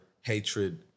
hatred